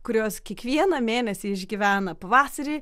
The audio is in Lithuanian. kurios kiekvieną mėnesį išgyvena pavasarį